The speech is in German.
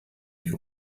mich